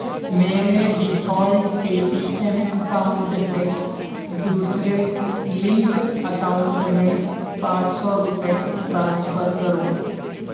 میرے default Paytm account سے دوسرے لنکڈ اکاؤنٹ میں پانچ سو روپئے ٹرانسفر کرو